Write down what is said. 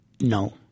No